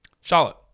Charlotte